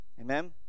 amen